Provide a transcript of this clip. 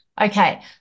Okay